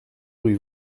rue